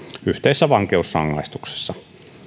yhteisessä vankeusrangaistuksessa